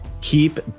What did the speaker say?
keep